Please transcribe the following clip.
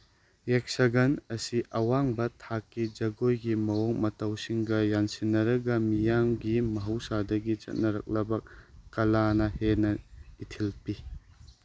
ꯌꯦꯛꯁꯒꯟ ꯑꯁꯤ ꯑꯋꯥꯡꯕ ꯊꯥꯛꯀꯤ ꯖꯒꯣꯏꯒꯤ ꯃꯑꯣꯡ ꯃꯇꯧꯁꯤꯡꯒ ꯌꯥꯟꯁꯤꯟꯅꯔꯒ ꯃꯤꯌꯥꯝꯒꯤ ꯃꯍꯧꯁꯥꯗꯒꯤ ꯆꯠꯅꯔꯛꯂꯕ ꯀꯂꯥꯅ ꯍꯦꯟꯅ ꯏꯊꯤꯜ ꯄꯤ